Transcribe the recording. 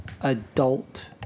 adult